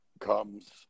Comes